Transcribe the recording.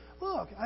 look